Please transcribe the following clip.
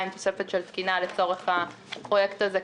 עם תוספת של תקינה לצורך הפרויקט הזה.